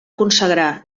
consagrar